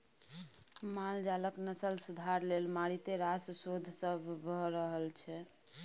माल जालक नस्ल सुधार लेल मारिते रास शोध सब भ रहल छै